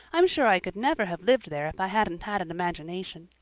i'm sure i could never have lived there if i hadn't had an imagination.